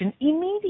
immediately